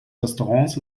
restaurants